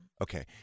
Okay